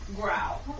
Growl